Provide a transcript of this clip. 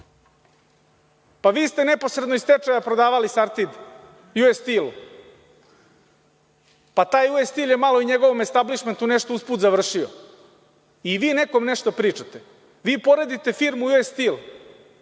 Vi ste neposredno iz stečaja prodavali Sartid, „US Stell“. Taj „US Stell“ je malo i njegovom establišmentu nešto usput završio i vi nekom nešto pričate. Vi poredite firmu „US Stell“